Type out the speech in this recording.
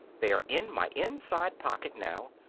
they are in my inside pocket now.